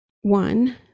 one